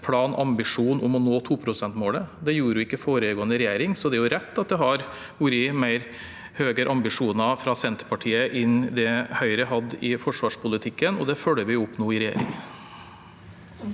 plan/ambisjon om å nå 2-prosentmålet. Det gjorde ikke foregående regjering, så det er jo rett at det har vært høyere ambisjoner fra Senterpartiet enn det Høyre hadde i forsvarspolitikken, og det følger vi opp nå i regjering.